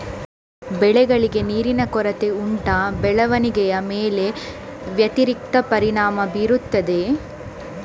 ಬೆಳೆಗಳಿಗೆ ನೀರಿನ ಕೊರತೆ ಉಂಟಾ ಬೆಳವಣಿಗೆಯ ಮೇಲೆ ವ್ಯತಿರಿಕ್ತ ಪರಿಣಾಮಬೀರುತ್ತದೆಯೇ?